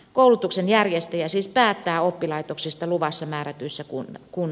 koulutuksen järjestäjä siis päättää oppilaitoksista luvassa määrätyissä kunnissa